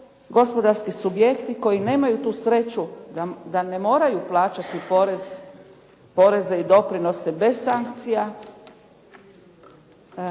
gospodarski subjekti koji nemaju tu sreću da ne moraju plaćati poreze i doprinose bez sankcija